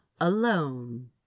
alone